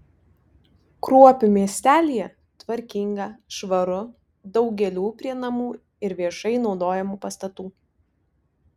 kruopių miestelyje tvarkinga švaru daug gėlių prie namų ir viešai naudojamų pastatų